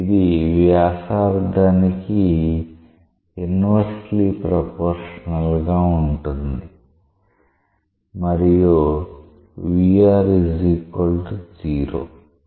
ఇది వ్యాసార్థానికి inversely proportional గా ఉంటుంది మరియు vr0